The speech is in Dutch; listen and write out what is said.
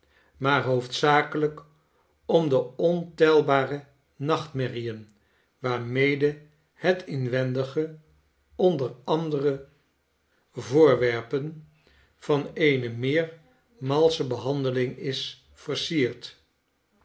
maar hoofdzakelijk om de ontelbare nachtmerrien waarmede het inwendige onder andere voorwerpen van eene meer malsche behandeling is versierd